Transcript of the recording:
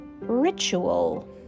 ritual